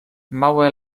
małe